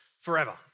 forever